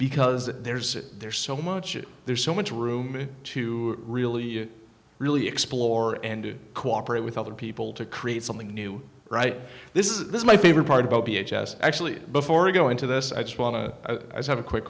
because there's there's so much it there's so much room to really really explore and do cooperate with other people to create something new right this is my favorite part about b h as actually before we go into this i just want to have a quick